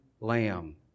lamb